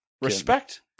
Respect